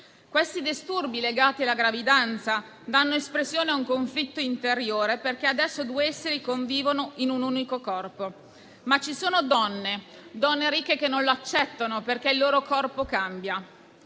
Questi disturbi legati alla gravidanza danno espressione a un conflitto interiore, perché due esseri convivono in un unico corpo. Ma ci sono donne, donne ricche che non l'accettano, perché il loro corpo cambia.